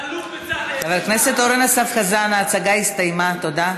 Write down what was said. חבר הכנסת אורן אסף חזן, ההצגה הסתיימה, תודה.